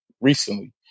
recently